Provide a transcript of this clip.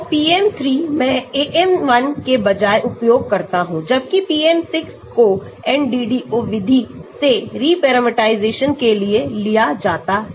तो PM 3 मैं AM 1 के बजाय उपयोग करता हूं जबकि PM 6 को NDDO विधि के रीपैरामीटराइजेशन के लिए लिया जाता है